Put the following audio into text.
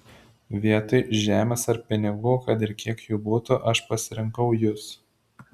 vietoj žemės ar pinigų kad ir kiek jų būtų aš pasirinkau jus